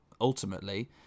ultimately